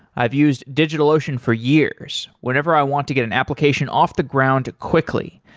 i've used digitalocean for years whenever i want to get an application off the ground quickly,